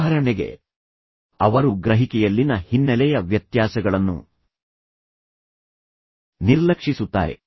ಉದಾಹರಣೆಗೆ ಅವರು ಗ್ರಹಿಕೆಯಲ್ಲಿನ ಹಿನ್ನೆಲೆಯ ವ್ಯತ್ಯಾಸಗಳನ್ನು ನಿರ್ಲಕ್ಷಿಸುತ್ತಾರೆ